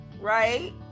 Right